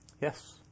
Yes